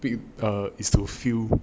whip is to feel